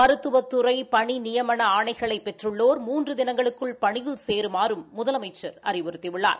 மருத்துவத் துறை பணி நியமன ஆணைகளைப் பெற்றுள்ளோா் மூன்று தினங்களுக்குள் பணியில் சேருமாறும் முதலமைச்சர் அறிவுறுத்தியுள்ளார்